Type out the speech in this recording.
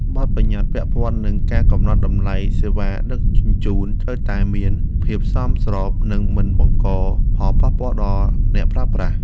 បទប្បញ្ញត្តិពាក់ព័ន្ធនឹងការកំណត់តម្លៃសេវាដឹកជញ្ជូនត្រូវតែមានភាពសមស្រប និងមិនបង្កផលប៉ះពាល់ដល់អ្នកប្រើប្រាស់។